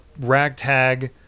ragtag